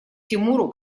тимуру